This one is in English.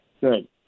good